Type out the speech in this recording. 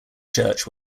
church